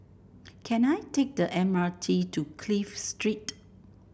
can I take the M R T to Clive Street